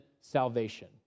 salvation